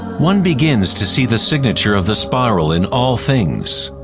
one begins to see the signature of the spiral in all things.